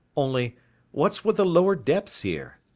only what's with the lower depths here?